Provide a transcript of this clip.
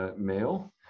male